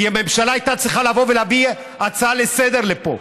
כי הממשלה הייתה צריכה לבוא ולהביא הצעה לסדר-היום לפה.